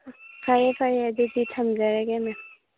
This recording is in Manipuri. ꯐꯔꯦ ꯐꯔꯦ ꯑꯗꯨꯗꯤ ꯊꯝꯖꯔꯒꯦ ꯃꯦꯝ